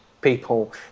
people